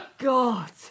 God